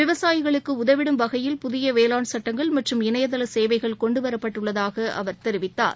விவசாயிகளுக்கு உதவிடும் வகையில் புதிய வேளாண் சட்டங்கள் மற்றும் இணையதள சேவைகள் கொண்டுவரப்பட்டுள்ளதாக அவர் தெரிவித்தார்